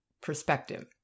perspective